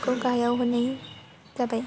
खौ गाहायाव होनाय जाबाय